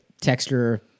texture